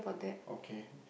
okay